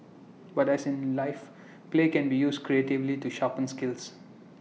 but as in life play can be used creatively to sharpen skills